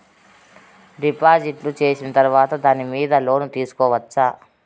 డిపాజిట్లు సేసిన తర్వాత దాని మీద లోను తీసుకోవచ్చా?